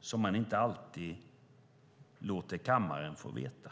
som man inte alltid låter kammaren få veta.